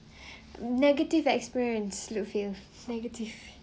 negative experience look fierce negative